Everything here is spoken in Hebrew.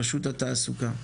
רשות התעסוקה.